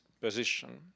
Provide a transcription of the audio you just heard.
position